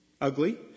Ugly